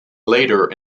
later